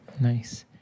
Nice